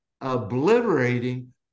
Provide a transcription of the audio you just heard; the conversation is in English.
obliterating